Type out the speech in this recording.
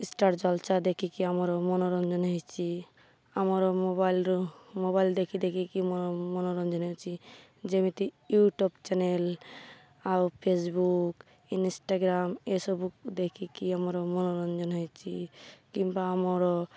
star Jalsha ଦେଖିକି ଆମର ମନୋରଞ୍ଜନ ହେଇଛି ଆମର ମୋବାଇଲ୍ରୁ ମୋବାଇଲ୍ ଦେଖି ଦେଖିକି ମନୋରଞ୍ଜନ ହେଉଛି ଯେମିତି ୟୁଟ୍ୟୁବ୍ ଚ୍ୟାନେଲ୍ ଆଉ ଫେସବୁକ୍ ଇନଷ୍ଟାଗ୍ରାମ୍ ଏସବୁ ଦେଖିକି ଆମର ମନୋରଞ୍ଜନ ହେଇଛି କିମ୍ବା ଆମର